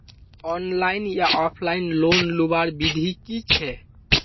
Online या offline loan लुबार विधि की छे?